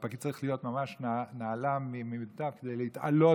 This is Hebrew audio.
והפקיד צריך להיות ממש נעלה במידותיו כדי להתעלות